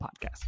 podcast